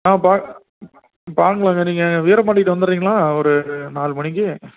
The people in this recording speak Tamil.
ஆ பாக் பார்க்கலாங்க நீங்கள் வீரபாண்டிகிட்ட வந்துவிட்றிங்களா ஒரு நாலு மணிக்கு